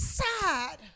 sad